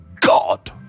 God